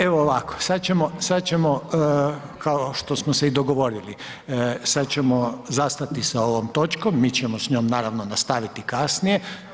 Evo ovako, sada ćemo kao što smo se i dogovorili, sada ćemo zastati sa ovom točkom, mi ćemo s njom naravno nastaviti kasnije.